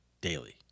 daily